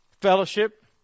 fellowship